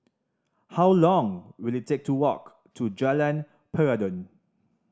how long will it take to walk to Jalan Peradun